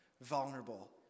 vulnerable